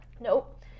nope